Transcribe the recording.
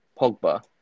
Pogba